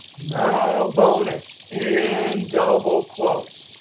no bonus in double quotes,